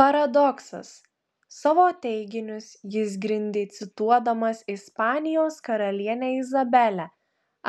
paradoksas savo teiginius jis grindė cituodamas ispanijos karalienę izabelę